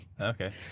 Okay